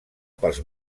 pels